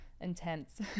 intense